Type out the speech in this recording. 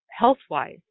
health-wise